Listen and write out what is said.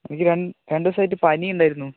എനിക്ക് രണ്ട് ദിവസം ആയിട്ട് പനി ഉണ്ടായിരുന്നു